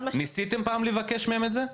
ניסיתם פעם לבקש מהם את זה?